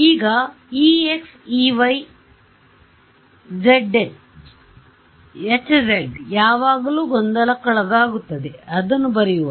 ಈಗ ExEyHz ಯಾವಾಗಲೂ ಗೊಂದಲಕ್ಕೊಳಗಾಗುತ್ತದೆ ಅದನ್ನು ಬರೆಯುವ